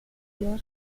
pure